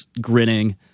grinning